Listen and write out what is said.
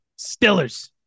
Stillers